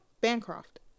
Bancroft